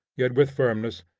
yet with firmness,